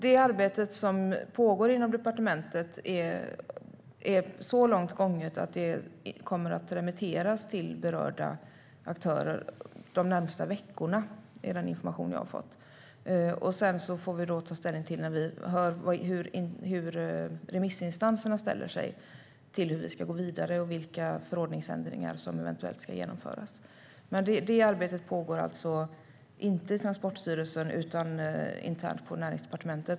Det arbete som pågår inom departementet är så långt gånget att det kommer att remitteras till berörda aktörer de närmaste veckorna; det är den information jag har fått. Sedan får vi ta ställning när vi hör hur remissinstanserna ställer sig till hur vi ska gå vidare och till vilka förordningsändringar som eventuellt ska genomföras. Men detta arbete pågår alltså inte i Transportstyrelsen utan internt på Näringsdepartementet.